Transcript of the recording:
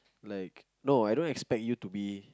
like no I don't expect you to be